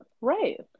right